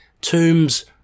Tombs